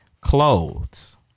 Clothes